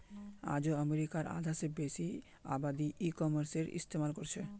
आइझो अमरीकार आधा स बेसी आबादी ई कॉमर्सेर इस्तेमाल करछेक